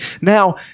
Now